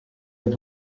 have